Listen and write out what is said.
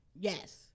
Yes